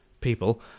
people